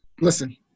Listen